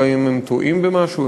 גם אם הם טועים במשהו,